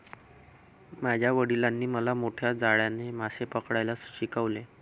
माझ्या वडिलांनी मला मोठ्या जाळ्याने मासे पकडायला शिकवले